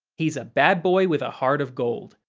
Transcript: he's a badboy with a heart of gold.